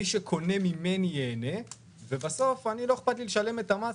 מי שקונה ממני ייהנה ובסוף לא אכפת לי לשלם את המס